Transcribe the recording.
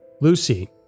Lucy